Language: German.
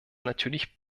natürlich